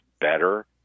better